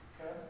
Okay